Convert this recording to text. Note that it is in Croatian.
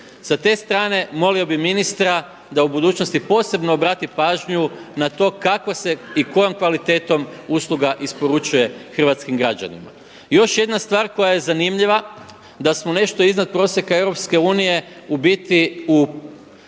Sa te strane molio bih ministra da u budućnosti posebno obrati pažnju na to kako se i kojim kvalitetom usluga isporučuje hrvatskim građanima. I još jedna stvar koja je zanimljiva da smo nešto iznad prosjeka EU u biti u